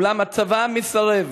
אולם הצבא מסרב.